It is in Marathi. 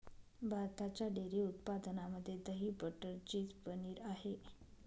भारताच्या डेअरी उत्पादनामध्ये दही, बटर, चीज, पनीर आहे